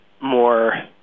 more